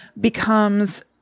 becomes